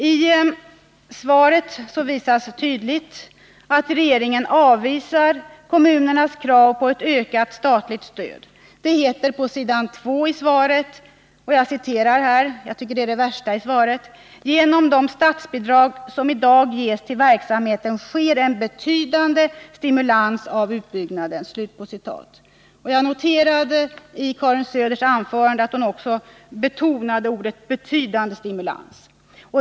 Av interpellationssvaret framgår tydligt att regeringen avvisar kommunernas krav på ett ökat statligt stöd. På s. 2 kan man läsa — och jag tycker att det är det värsta i svaret: ”Genom de statsbidrag som i dag ges till verksamheten sker en betydande stimulans av utbyggnaden.” Jag noterade dessutom att Karin Söder betonade orden ”betydande stimulans”.